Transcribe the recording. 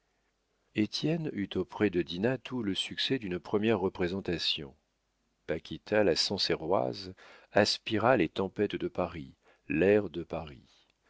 étienne eut auprès de dinah tout le succès d'une première représentation paquita la sancerroise aspira les tempêtes de paris l'air de paris